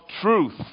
truth